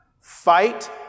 Fight